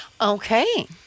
Okay